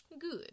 Good